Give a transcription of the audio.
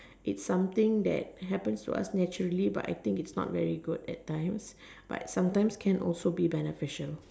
it's something that happens to us naturally but I think it's not very good at times but sometimes can be beneficial